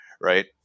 right